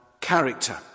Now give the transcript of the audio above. character